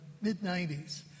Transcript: mid-90s